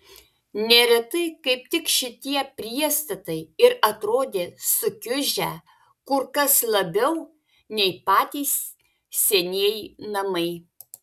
neretai kaip tik šitie priestatai ir atrodė sukiužę kur kas labiau nei patys senieji namai